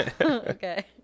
Okay